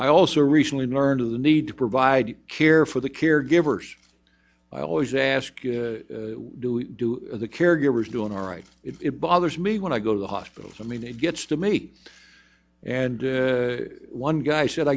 i also recently learned of the need to provide care for the caregivers i always ask do we do the caregivers do in our right it bothers me when i go to the hospital i mean it gets to me and one guy said